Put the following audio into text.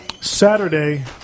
Saturday